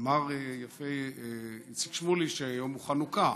אמר יפה איציק שמולי שהיום הוא חנוכה.